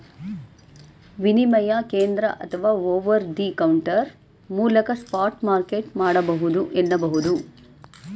ವಿನಿಮಯ ಕೇಂದ್ರ ಅಥವಾ ಓವರ್ ದಿ ಕೌಂಟರ್ ಮೂಲಕ ಸ್ಪಾಟ್ ಮಾರ್ಕೆಟ್ ಮಾಡಬಹುದು ಎನ್ನುಬಹುದು